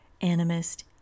animist